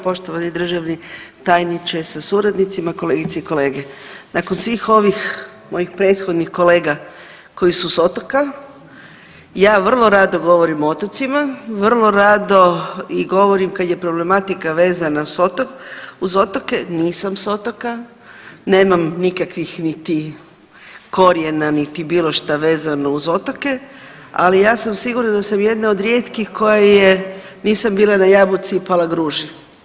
Poštovani državni tajniče sa suradnicima, kolegice i kolege, nakon svih ovih mojih prethodnih kolega koji su s otoka ja vrlo rado govorim o otocima, vrlo rado i govorim kad je problematika vezana uz otoke, nisam s otoka, nemam nikakvih niti korijena niti bilo šta vezano uz otoke, ali ja sam sigurna da sam jedna od rijetkih koja je nisam bila ja Jabuci i Palagruži.